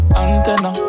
antenna